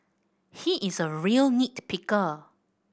he is a real nit picker